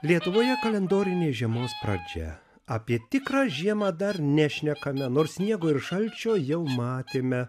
lietuvoje kalendorinės žiemos pradžia apie tikrą žiemą dar nešnekame nors sniego ir šalčio jau matėme